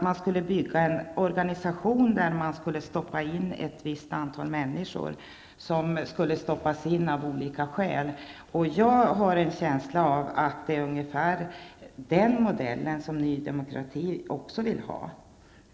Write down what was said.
Man skulle bygga en organisation där man skulle stoppa in ett visst antal människor, av olika skäl. Jag har en känsla av att det är ungefär den modellen som Ny Demokrati vill ha.